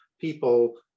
people